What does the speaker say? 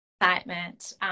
excitement